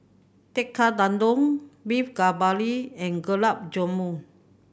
Tekkadon Beef Galbi and Gulab Jamun